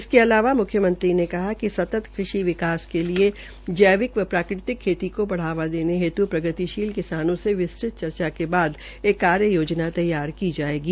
इसके अलावा मुख्यमंत्री ने कहा कि सतत कृषि विकास के लिए जैविक व प्राकृतिक खेती को बढ़ावा देने के लिए प्रगतिशील किसानों से विस्तृत चर्चा के बाद एक कार्ययोजनातैयार की जायगा